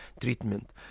treatment